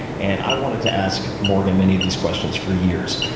and i wanted to ask morgan many of these questions for years.